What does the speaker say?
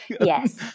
Yes